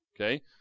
Okay